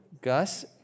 Gus